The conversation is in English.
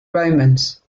romans